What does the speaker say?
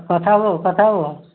Partha babu Partha ବାବୁ